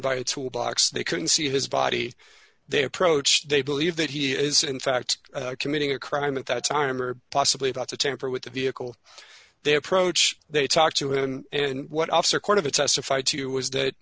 by a tool box they couldn't see his body they approach they believe that he is in fact committing a crime at that time or possibly about to tamper with the vehicle they approach they talked to him and what officer court of a testified to was that